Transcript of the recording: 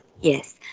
Yes